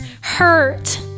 hurt